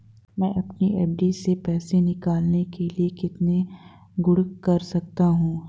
मैं अपनी एफ.डी से पैसे निकालने के लिए कितने गुणक कर सकता हूँ?